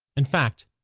in fact,